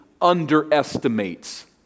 underestimates